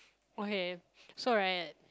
okay so right